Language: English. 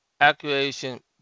acquisition